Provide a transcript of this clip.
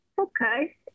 Okay